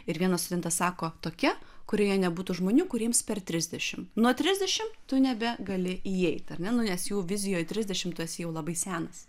ir vienas studentas sako tokia kurioje nebūtų žmonių kuriems per trisdešimt nuo trisdešimt tu nebegali įeit ar ne nu nes jų vizijoj trisdešimt tu esi jau labai senas